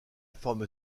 forme